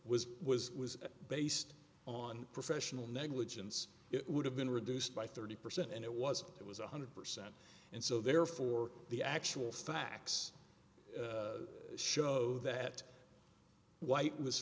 was was was based on professional negligence it would have been reduced by thirty percent and it was it was one hundred percent and so therefore the actual facts show that white was